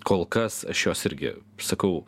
kol kas aš jos irgi sakau